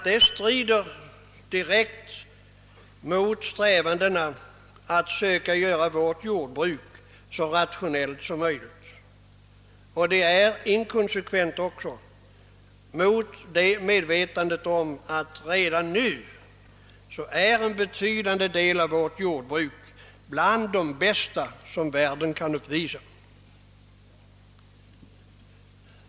Det strider direkt mot strävandena att söka göra vårt jordbruk så rationellt som möjligt. Det är inkonsekvent också eftersom vi är medvetna om att redan nu en betydande del av vårt jordbruk hör till det bästa som världen kan uppvisa.